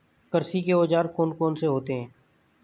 कृषि के औजार कौन कौन से होते हैं?